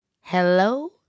Hello